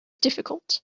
difficult